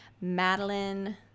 Madeline